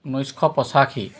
ঊনৈছশ পঁচাশী